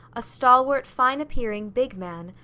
a stalwart, fine-appearing, big man,